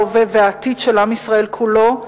ההווה והעתיד של עם ישראל כולו,